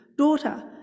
Daughter